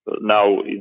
Now